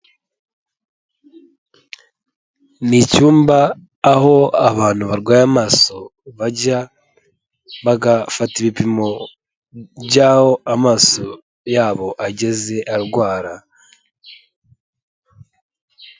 Ni icyumba aho abantu barwaye amaso bajya bagafata ibipimo by'aho amaso yabo ageze arwara.